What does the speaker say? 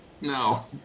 No